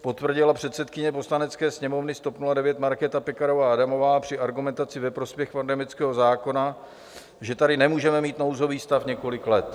Potvrdila předsedkyně Poslanecké sněmovny z TOP 09 Markéta Pekarová Adamová při argumentaci ve prospěch pandemického zákona, že tady nemůžeme mít nouzový stav několik let.